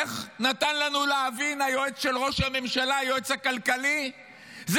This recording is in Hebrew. איך נתן לנו להבין היועץ הכלכלי של ראש הממשלה,